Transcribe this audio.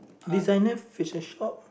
designer facial shop